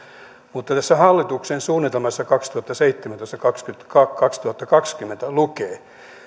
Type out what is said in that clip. mutta tässä hallituksen suunnitelmassa kaksituhattaseitsemäntoista viiva kaksituhattakaksikymmentä lukee